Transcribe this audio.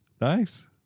Nice